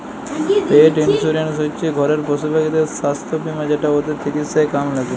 পেট insurance হচ্যে ঘরের পশুপাখিদের সাস্থ বীমা যেটা ওদের চিকিৎসায় কামে ল্যাগে